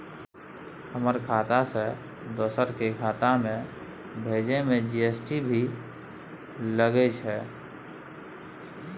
हमर खाता से दोसर के खाता में भेजै में जी.एस.टी भी लगैछे?